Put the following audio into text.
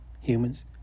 humans